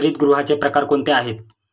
हरितगृहाचे प्रकार कोणते आहेत?